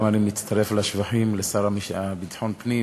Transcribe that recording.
גם אני מצטרף אל השבחים לשר לביטחון פנים